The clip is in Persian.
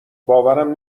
باورم